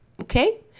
okay